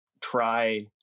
try